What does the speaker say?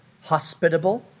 hospitable